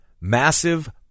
massive